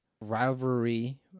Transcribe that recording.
rivalry